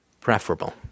preferable